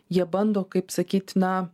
jie bando kaip sakyt na